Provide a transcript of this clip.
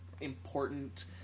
important